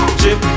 chip